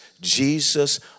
Jesus